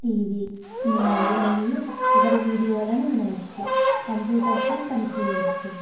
TV సినిమాలు మరియు ఇతర వీడియో లను వినవచ్చు కంప్యూటర్ పై పని చేయవచ్చు